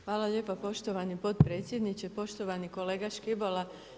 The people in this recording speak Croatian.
Hvala lijepo poštovani potpredsjedniče, poštovani kolega Škibola.